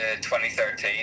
2013